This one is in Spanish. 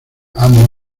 amo